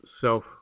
self